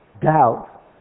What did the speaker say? doubt